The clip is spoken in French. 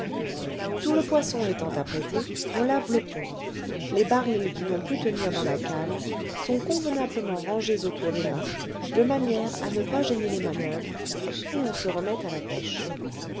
tout le poisson étant apprêté on lave le pont les barils qui n'ont pu tenir dans la cale sont convenablement rangés autour des mâts de manière à ne pas gêner les manoeuvres et on se remet à la pêche